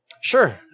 Sure